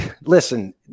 listen